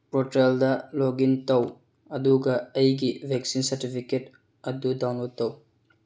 ꯄ꯭ꯔꯣꯇꯦꯜꯗ login ꯇꯧ ꯑꯗꯨꯒ ꯑꯩꯒꯤ ꯚꯦꯛꯁꯤꯟ ꯁꯥꯔꯇꯤꯐꯤꯀꯦꯠ ꯑꯗꯨ ꯗꯥꯎꯟꯂꯣꯠ ꯇꯧ